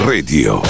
Radio